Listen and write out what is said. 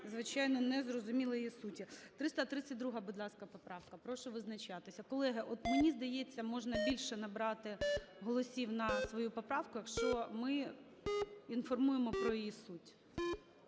звичайно, не зрозуміли її суті. 332-а, будь ласка, поправка. Прошу визначитися. Колеги, от мені здається, можна більше набрати голосів на свою поправку, якщо ми інформуємо про її суть.